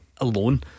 alone